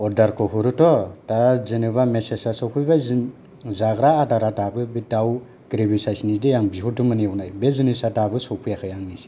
order खौ हरोथ' दा जेनेबा मेसेज आ सौफैबाय जाग्रा आदारा दाबो दाउ ग्रेभि साइस नि जे आं बिहरदोंमोन एवनाय बे जिनिसा दाबो सौफैयाखै आंनिसिम